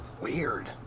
Weird